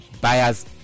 buyers